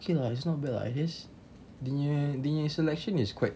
okay lah it's not bad lah I guess dia punya dia punya selection is quite